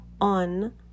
on